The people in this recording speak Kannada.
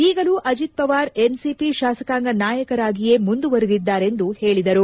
ಈಗಲೂ ಅಜಿತ್ ಮವಾರ್ ಎನ್ಸಿಪಿ ಶಾಸಕಾಂಗ ನಾಯರಾಗಿಯೇ ಮುಂದುವರಿದಿದ್ದಾರೆಂದು ಹೇಳಿದರು